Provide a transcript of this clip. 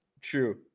True